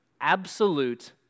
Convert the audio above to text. absolute